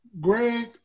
Greg